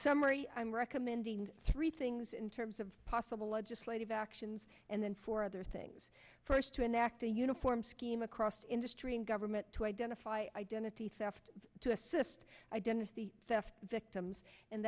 summary i'm recommending three things in terms of possible legislative actions and then for other things first to enact a uniform scheme across industry and government to identify dentity theft to assist identity theft victims and